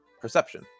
perception